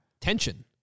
Tension